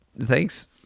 Thanks